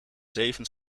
zeven